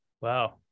Wow